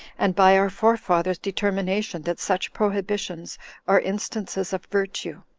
and by our forefathers' determination that such prohibitions are instances of virtue.